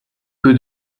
peu